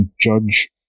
judge